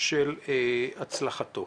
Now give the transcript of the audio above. של הצלחתו.